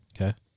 Okay